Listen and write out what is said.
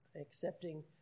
accepting